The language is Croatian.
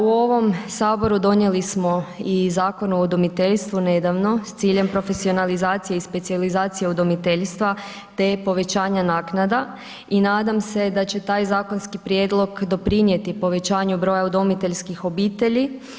U ovom Saboru donijeli smo i Zakon o udomiteljstvu nedavno s ciljem profesionalizacije i specijalizacije udomiteljstva te povećanja naknada i nadam se da će taj zakonski prijedlog doprinijeti povećanju broja udomiteljskih obitelji.